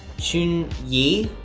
chun yi.